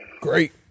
Great